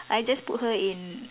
I just put her in